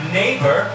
neighbor